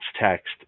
text